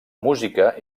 música